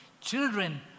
Children